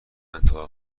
انتقال